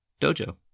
dojo